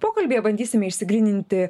pokalbyje bandysime išsigryninti